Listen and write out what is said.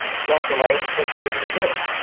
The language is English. don't delay and click here to renew